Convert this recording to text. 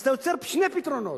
אז אתה יוצר שני פתרונות.